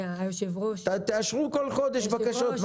תאשרו בכל חודש בקשות.